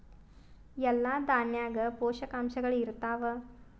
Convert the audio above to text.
ಎಲ್ಲಾ ದಾಣ್ಯಾಗ ಪೋಷಕಾಂಶಗಳು ಇರತ್ತಾವ?